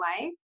life